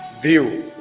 view